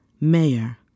mayor